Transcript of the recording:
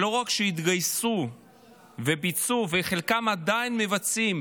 שלא רק שהתגייסו וביצעו וחלקם עדיין מבצעים